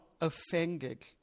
offended